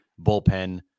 bullpen